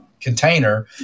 container